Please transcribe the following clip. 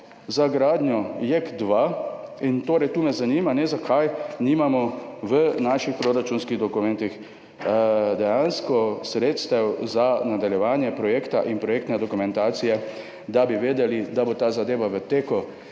za gradnjo JEK2, in tu me zanima, zakaj nimamo v naših proračunskih dokumentih dejansko sredstev za nadaljevanje projekta in projektne dokumentacije, da bi vedeli, da bo ta zadeva v teku.